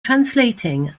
translating